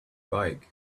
bike